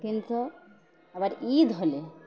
কিন্তু আবার ঈদ হলে